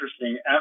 interesting